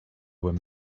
were